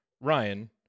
Ryan